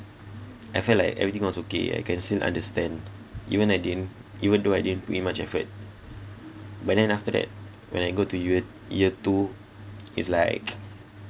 I felt like everything was okay I can still understand even I didn't even though I didn't put much effort but then after that when I go to yert~ year two it's like